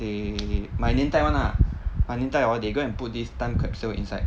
eh my 年代 [one] lah anita hor they go and put this time capsule inside